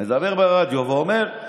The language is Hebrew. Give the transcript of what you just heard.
מדבר ברדיו ואומר: